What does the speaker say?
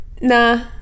Nah